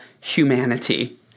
humanity